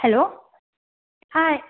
hello hi